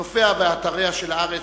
נופיה ואתריה של הארץ,